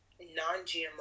Non-GMO